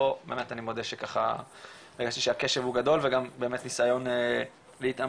ופה אני מודה שככה הרגשתי שהקשב הוא גדול וגם ניסיון להתעמק.